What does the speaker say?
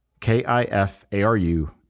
K-I-F-A-R-U